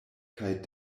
kaj